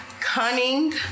cunning